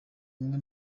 umwe